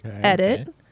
Edit